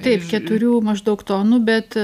taip keturių maždaug tonų bet